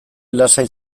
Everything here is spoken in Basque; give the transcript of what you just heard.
lasai